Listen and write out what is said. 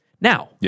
Now